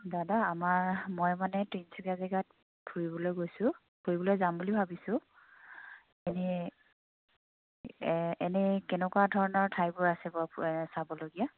দাদা আমাৰ মই মানে তিনিচুকীয়া জেগাত ফুৰিবলৈ গৈছোঁ ফুৰিবলৈ যাম বুলি ভাবিছোঁ এনেই এনেই কেনেকুৱা ধৰণৰ ঠাইবোৰ আছে বাৰু ফু চাবলগীয়া